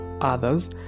others